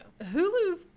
Hulu